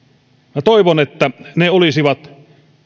toivon että ne olisivat